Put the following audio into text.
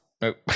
Nope